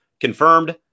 confirmed